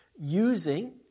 using